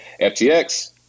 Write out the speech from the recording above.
FTX